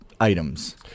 items